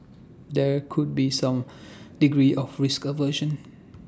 there could be some degree of risk aversion